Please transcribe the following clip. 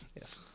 Yes